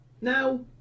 Now